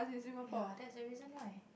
ya that's the reason why